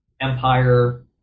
empire